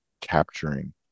capturing